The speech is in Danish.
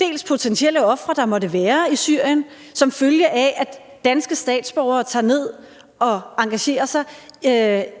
de potentielle ofre, der måtte være i Syrien som følge af, at danske statsborgere tager ned og engagerer sig